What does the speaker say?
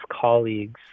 colleagues